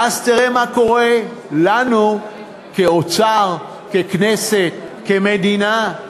ואז תראה מה קורה לנו כאוצר, ככנסת, כמדינה: